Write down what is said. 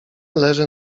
leży